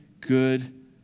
good